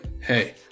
hey